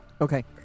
Okay